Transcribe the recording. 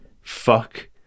fuck